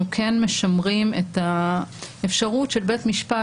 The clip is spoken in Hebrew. אנחנו כן משמרים את האפשרות של בית המשפט